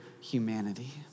humanity